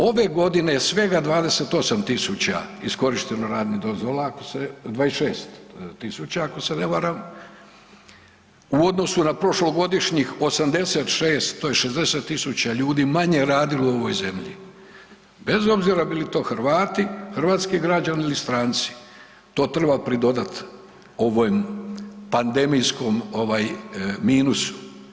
Ove godine je svega 28.000 iskorišteno radnih dozvola 26.000 ako se ne varam u odnosu na prošlogodišnjih 86, to je 60.000 ljudi manje radilo u ovoj zemlji bez obzira bili to Hrvati, hrvatski građani ili stranci to treba pridodat ovom pandemijskom minusu.